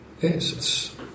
Yes